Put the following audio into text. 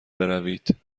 بروید